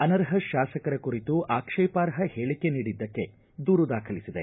ಅನರ್ಹ ಶಾಸಕರ ಕುರಿತು ಆಕ್ಷೇಪಾರ್ಹ ಹೇಳಿಕೆ ನೀಡಿದ್ದಕ್ಕೆ ದೂರು ದಾಖಲಿಸಿದೆ